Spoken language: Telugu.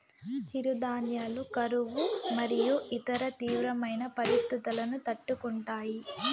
చిరుధాన్యాలు కరువు మరియు ఇతర తీవ్రమైన పరిస్తితులను తట్టుకుంటాయి